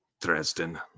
Dresden